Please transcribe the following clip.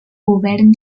govern